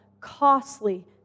costly